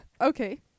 okay